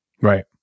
Right